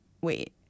Wait